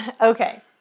Okay